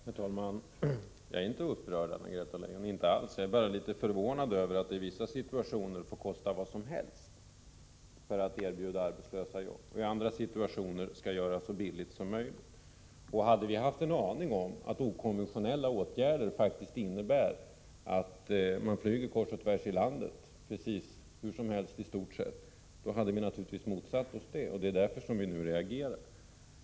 Herr talman! Jag är inte upprörd, Anna-Greta Leijon — inte alls. Jag är Om åtgärder för att bara litet förvånad över att det i vissa situationer får kosta hur mycket som — motverka utarmhelst när det gäller att erbjuda arbetslösa jobb. I andra situationer skall det ningen av svenska vara så billigt som möjligt. Hade vi haft en aning om att okonventionella språket åtgärder faktiskt innebär att människor får flyga kors och tvärs här i landet — ja, i stort sett hur som helst — hade vi naturligtvis motsatt oss detta. Det är därför vi nu reagerar.